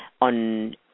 on